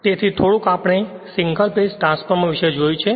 તેથી થોડુંક આપણે સિંગલ ફેઝ ટ્રાન્સફોર્મર વિષે જોયું છે